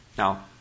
Now